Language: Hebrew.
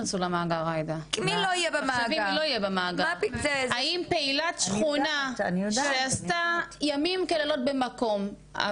מי לא יהיה במאגר--- האם פעילת שכונה שעשתה ימים כלילות במקום,